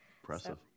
Impressive